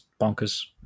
bonkers